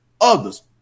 others